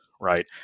right